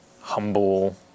humble